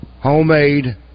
homemade